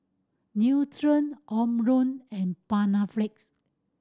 Nutren Omron and Panaflex